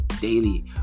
daily